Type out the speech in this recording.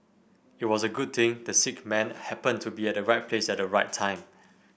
it was a good thing the sick man happened to be at the right place at the right time